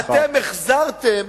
אתם החזרתם